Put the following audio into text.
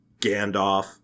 Gandalf